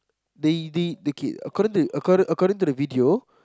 they they okay according according according to the video